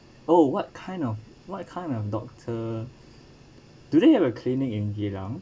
oh what kind of what kind of doctor do they have a clinic in geylang